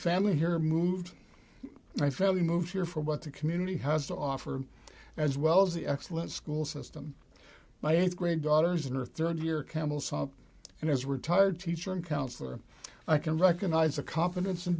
here moved my family moved here from what the community has to offer as well as the excellent school system my eighth grade daughter's in her third year campbell saw and as a retired teacher in counsellor i can recognise the confidence and